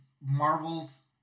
Marvel's